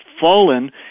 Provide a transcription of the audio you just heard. fallen